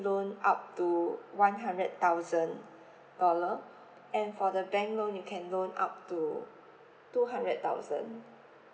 loan up to one hundred thousand dollar and for the bank loan you can loan up to two hundred thousand